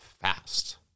fast